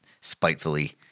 spitefully